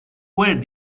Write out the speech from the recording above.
where